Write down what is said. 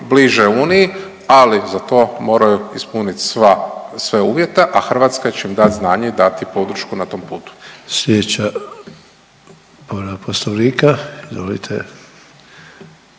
bliže Uniji, ali za to moraju ispunit sve uvjete, a Hrvatska će im dat znanje i dati podršku na tom putu. **Sanader, Ante